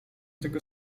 tego